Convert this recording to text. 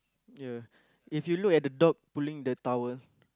ya if you look at the dog pulling the towel